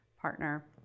partner